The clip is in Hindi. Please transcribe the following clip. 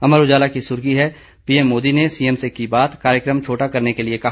अमर उजाला की सुर्खी है पीएम मोदी ने सीएम से की बात कार्यक्रम छोटा करने के लिए कहा